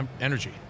energy